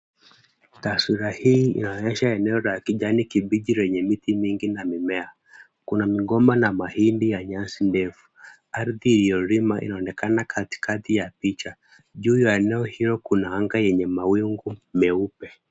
Taswira hii inaonyesha eneo la kijani kibichi lenye miti mingi na mimea. Kuna mgomba na mahindi ya nyasi ndefu. Ardhi iliyolimwa inaonekana katikati ya picha. Juu ya eneo hilo kuna anga yenye mawingu meupe.